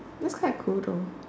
looks quite cool though